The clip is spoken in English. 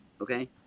okay